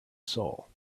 soul